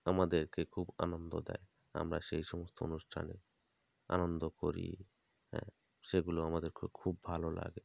আমাদেরকে খুব আনন্দ দেয় আমরা সেই সমস্ত অনুষ্ঠানে আনন্দ করি হ্যাঁ সেগুলো আমাদের খুব ভালো লাগে